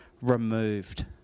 removed